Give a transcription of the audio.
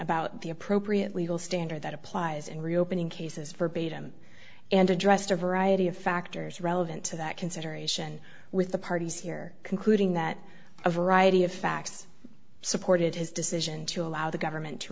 about the appropriate legal standard that applies in reopening cases forbade him and addressed a variety of factors relevant to that consideration with the parties here concluding that a variety of facts supported his decision to allow the government to